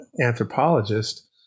anthropologist